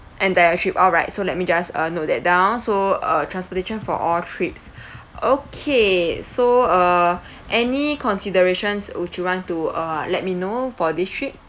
entire trip alright so let me just uh note that down so uh transportation for all trips okay so uh any considerations would you want to uh let me know for this trip